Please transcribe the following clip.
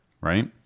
right